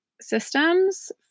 systems